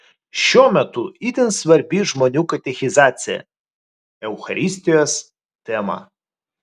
šiuo metu itin svarbi žmonių katechizacija eucharistijos tema